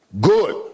Good